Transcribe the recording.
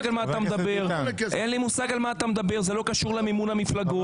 זה לא קשור למימון המפלגות.